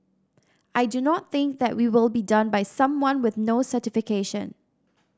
I do not think that we will be done by someone with no certification